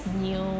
new